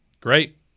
Great